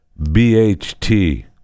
BHT